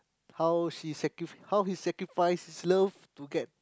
how she sacfrif~ how he sacrifices his love to get